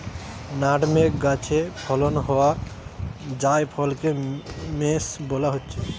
nutmeg গাছে ফলন হোয়া জায়ফলকে মেস বোলা হচ্ছে